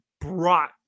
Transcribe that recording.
brought